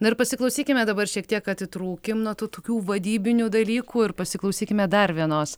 na ir pasiklausykime dabar šiek tiek atitrūkim nuo tų tokių vadybinių dalykų ir pasiklausykime dar vienos